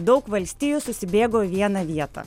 daug valstijų susibėgo į vieną vietą